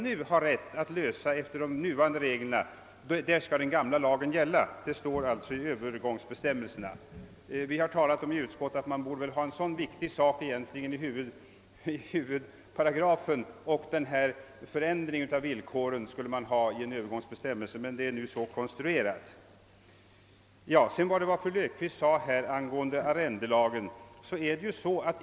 Vi har i utskottet talat om att en så viktig fråga egentligen borde stå i huvudparagrafen och förändringen av villkoren i en övergångsbestämmelse, men förslaget har alltså konstruerats så att det blir tvärtom. Fru Löfqvist talade om arrendelagen.